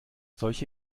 solche